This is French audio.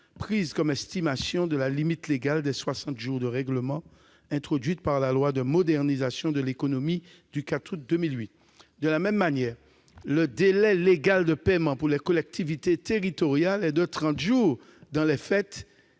prise comme estimation de la limite légale de 60 jours de règlement introduite par la loi du 4 août 2008 de modernisation de l'économie. De la même manière, le délai légal de paiement pour les collectivités territoriales est de 30 jours ; dans les faits,